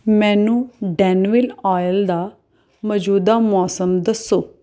ਮੈਨੂੰ ਡੈਨਵਿਲ ਔਇਲ ਦਾ ਮੌਜੂਦਾ ਮੌਸਮ ਦੱਸੋ